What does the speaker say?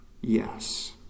yes